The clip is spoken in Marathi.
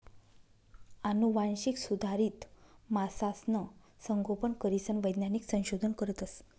आनुवांशिक सुधारित मासासनं संगोपन करीसन वैज्ञानिक संशोधन करतस